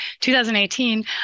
2018